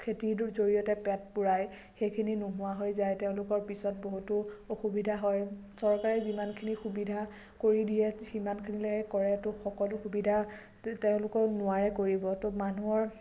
খেতিটোৰ জৰিয়তে পেট পূৰায় সেইখিনি নোহোৱা হৈ যায় তেওঁলোকৰ পিছত বহুতো অসুবিধা হয় চৰকাৰে যিমানখিনি সুবিধা কৰি দিয়ে সিমানখিনিলৈকে কৰে তো সকলো সুবিধা তেওঁলোকেও নোৱাৰে কৰিব তো মানুহৰ